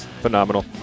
phenomenal